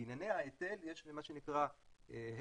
לענייני ההיטל יש מה שנקרא hedge,